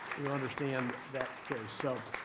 you'll understand that case. so,